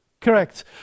Correct